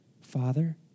Father